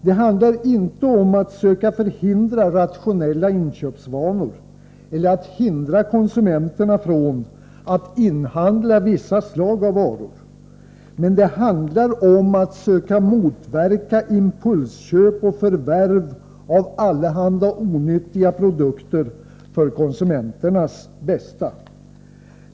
Det handlar inte om att söka förhindra rationella inköpsvanor eller om att hindra konsumenter från att inhandla vissa slag av varor. Det handlar om att för konsumenternas bästa söka motverka impulsköp och förvärv av allehanda onyttiga produkter.